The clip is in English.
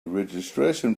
registration